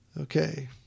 Okay